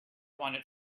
wanted